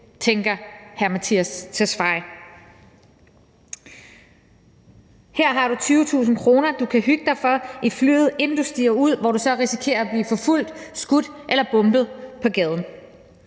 tænker hr. Mattias Tesfaye : Her har du 20.000 kr., du kan hygge dig for i flyet, inden du stiger ud, hvor du så risikerer at blive forfulgt, skudt eller bombet på gaden.